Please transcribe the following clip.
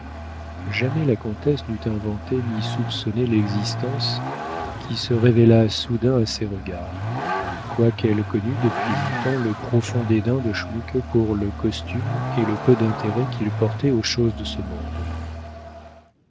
jamais la comtesse n'eût inventé ni soupçonné l'existence qui se révéla soudain à ses regards quoiqu'elle connût depuis longtemps le profond dédain de schmuke pour le costume et le peu d'intérêt qu'il portait aux choses de ce monde